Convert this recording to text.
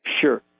Sure